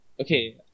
Okay